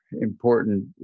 important